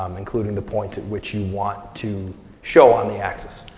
um including the points at which you want to show on the axis.